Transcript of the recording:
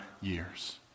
years